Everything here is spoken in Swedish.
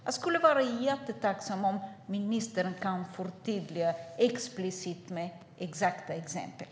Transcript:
Jag vore jättetacksam om ministern kunde komma med tydliga, explicita och exakta exempel.